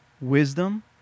wisdom